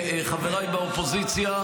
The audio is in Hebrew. חבריי באופוזיציה,